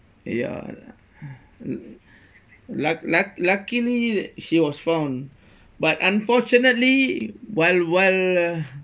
ya mm luck~ luck~ luckily she was found but unfortunately while while